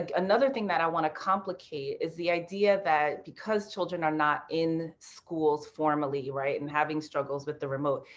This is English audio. like another thing that i want to complicate is the idea that because children are not in schools formally, right, and having struggles with the remote,